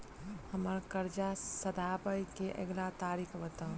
हम्मर कर्जा सधाबई केँ अगिला तारीख बताऊ?